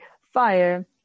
fire